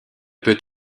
peut